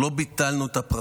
אנחנו לא ביטלנו את הפרסים.